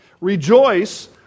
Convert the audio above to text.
Rejoice